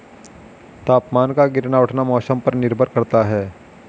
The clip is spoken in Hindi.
तापमान का गिरना उठना मौसम पर निर्भर करता है